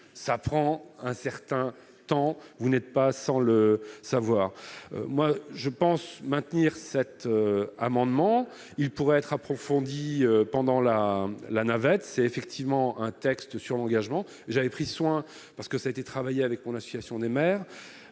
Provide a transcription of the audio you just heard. ça prend un certain temps, vous n'êtes pas sans le savoir, moi je pense maintenir cet amendement, il pourrait être approfondie pendant la la navette, c'est effectivement un texte sur l'engagement, j'avais pris soin parce que ça a été travaillé avec mon association des maires